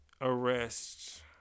arrest